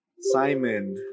Simon